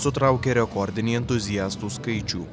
sutraukė rekordinį entuziastų skaičių